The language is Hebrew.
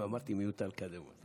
אמרתי שמיותר לקדם את זה.